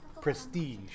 prestige